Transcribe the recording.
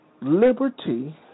Liberty